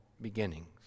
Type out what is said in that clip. beginnings